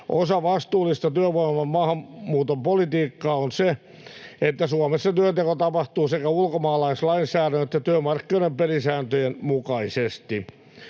Osa vastuullista työvoiman maahanmuuton politiikkaa on se, että Suomessa työnteko tapahtuu sekä ulkomaalaislainsäädännön että työmarkkinoiden pelisääntöjen mukaisesti.